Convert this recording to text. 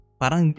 parang